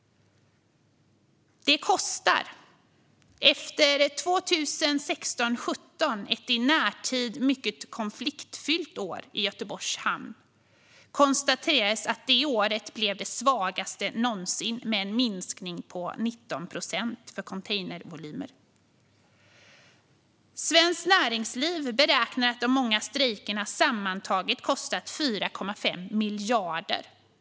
Det kostar. Efter 2016-2017, ett mycket konfliktfyllt år i närtid i Göteborgs hamn, konstaterades att det året blev det svagaste någonsin med en minskning på 19 procent för containervolymer. Svenskt Näringsliv beräknar att de många strejkerna sammantaget kostat 4,5 miljarder.